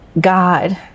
God